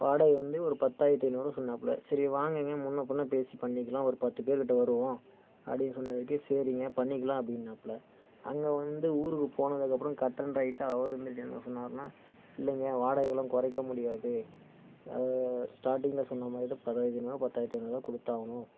வாடகை வந்து ஒரு பத்தாயிரத்தி ஐநூறுபா சொன்னாப்புல சரி வாங்கங்க முன்னே பின்னே பேசி பண்ணிக்கலாம் ஒரு பத்து பேர் கிட்ட வருவோம் அப்படின் சொன்னதுக்கு சரிங்க பண்ணிக்கலாம் அப்படின்னாப்புல அங்கே வந்து ஊருக்கு போனதுக்கப்றம் கட் அண்ட் ரைட்டாக அவர் வந்துட்டு என்ன சொன்னாருன்னால் இல்லைங்க வாடகையெலாம் குறைக்க முடியாது ஸ்டார்ட்டிங்ல சொன்னமாதிரிதான் பத்தாயிரத்தி ஐநூறுன்னா பத்தாயிரத்தி ஐநூறுதான் கொடுத்தாவணும்